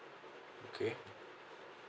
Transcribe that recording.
okay